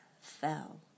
fell